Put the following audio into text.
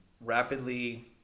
rapidly